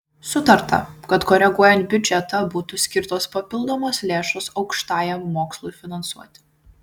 sutarta kad koreguojant biudžetą būtų skirtos papildomos lėšos aukštajam mokslui finansuoti